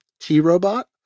T-robot